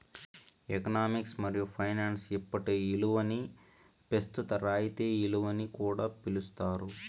economics మరియు finance ఇప్పటి ఇలువని పెస్తుత రాయితీ ఇలువని కూడా పిలిస్తారు